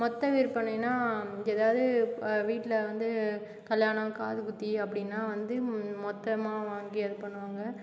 மொத்த விற்பனைன்னால் எதாவது வீட்டில் வந்து கல்யாணம் காதுகுத்து அப்படினா வந்து மொத்தமாக வாங்கி அது பண்ணுவாங்க